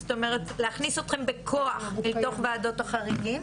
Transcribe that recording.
זאת אומרת להכניס אותכם בכוח אל תוך וועדות החריגים.